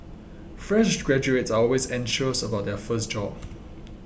fresh graduates are always anxious about their first job